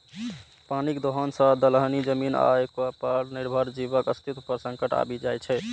पानिक दोहन सं दलदली जमीन आ ओय पर निर्भर जीवक अस्तित्व पर संकट आबि जाइ छै